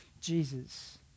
Jesus